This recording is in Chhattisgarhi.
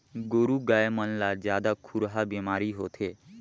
गोरु गाय मन ला जादा खुरहा बेमारी होथे